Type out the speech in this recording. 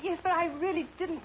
yes i really didn't